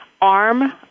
arm